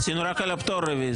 עכשיו רק על הפטור רוויזיה.